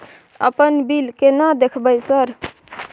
अपन बिल केना देखबय सर?